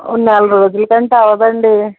ఓ నాలుగు రోజులకంటే అవ్వదండీ